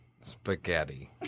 spaghetti